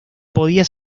podía